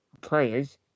players